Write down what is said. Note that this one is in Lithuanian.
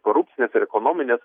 korupcines ir ekonomines